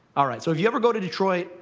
all right, so if you ever go to detroit,